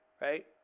Right